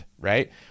right